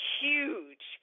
huge